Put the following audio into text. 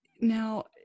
Now